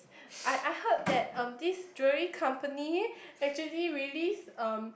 I I heard that um this jewelry company actually release um